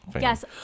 yes